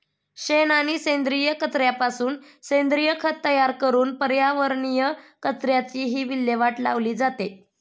शेण आणि सेंद्रिय कचऱ्यापासून सेंद्रिय खत तयार करून पर्यावरणीय कचऱ्याचीही विल्हेवाट लावली जाते